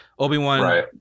Obi-Wan